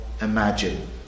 imagine